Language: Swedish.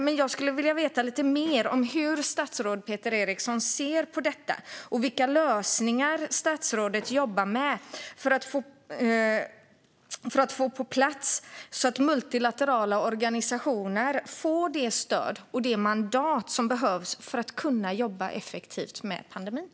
Men jag skulle vilja veta lite mer om hur statsrådet Peter Eriksson ser på detta och vilka lösningar som han jobbar med för att se till att multilaterala organisationer får på plats det stöd och det mandat som behövs för att de ska kunna jobba effektivt med pandemin.